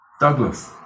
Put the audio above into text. Douglas